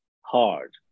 hard